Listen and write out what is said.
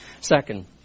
Second